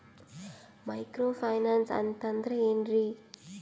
Micro finance ಅಂತಂದ್ರ ಏನ್ರೀ?